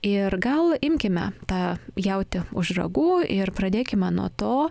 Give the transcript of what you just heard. ir gal imkime tą jautį už ragų ir pradėkime nuo to